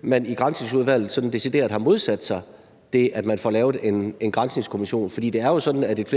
man i Granskningsudvalget sådan decideret har modsat sig det, at man får lavet en granskningskommission. For det er jo sådan, at et